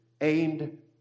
aimed